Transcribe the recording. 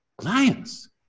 Lions